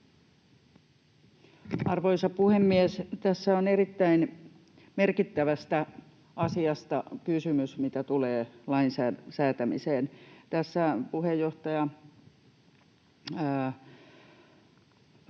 Arvoisa puhemies! Tässä on erittäin merkittävästä asiasta kysymys, mitä tulee lain säätämiseen. Tässä puheenjohtaja...